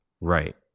Right